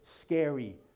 scary